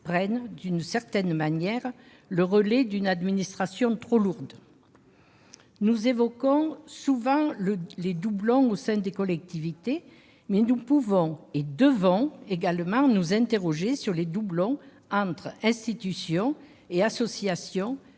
prennent, d'une certaine manière, le relais d'une administration trop lourde. Nous évoquons souvent les doublons au sein des collectivités, mais nous pouvons et devons également nous interroger sur des doublons entre les institutions et les associations,